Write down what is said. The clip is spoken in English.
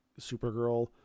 Supergirl